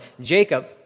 Jacob